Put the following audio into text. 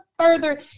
Further